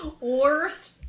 Worst